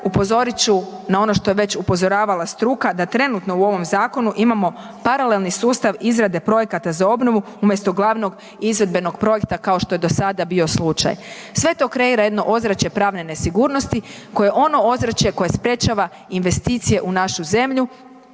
Upozorit ću na ono što je već upozoravala struka da trenutno u ovom zakonu imamo paralelni sustav izrade projekta za obnovu umjesto glavnog izvedbenog projekta kao što je do sada bio slučaj. Sve to kreira jedno ozračje pravne nesigurnosti koje ono je ono ozračje koje sprečava investicije u našu zemlju,